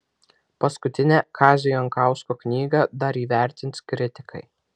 paskutinę kazio jankausko knygą dar įvertins kritikai